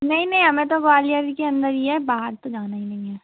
नहीं नहीं हमें तो ग्वालीयर के अंदर ही है बाहर तो जाना ही नहीं है